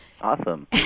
Awesome